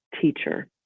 teacher